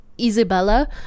isabella